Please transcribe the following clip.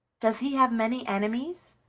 does he have many enemies?